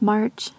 March